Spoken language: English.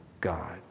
God